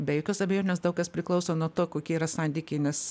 be jokios abejonės daug kas priklauso nuo to kokie yra santykiai nes